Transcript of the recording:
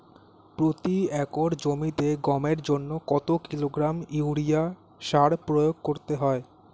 প্রতি একর জমিতে গমের জন্য কত কিলোগ্রাম ইউরিয়া সার প্রয়োগ করতে হয়?